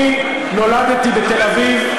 אני נולדתי בתל-אביב,